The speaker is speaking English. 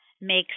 makes